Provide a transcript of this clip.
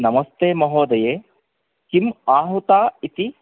नमस्ते महोदये किम् आहूता इति